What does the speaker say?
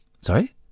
Sorry